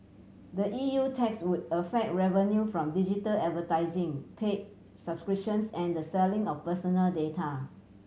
the E U tax would affect revenue from digital advertising pay subscriptions and the selling of personal data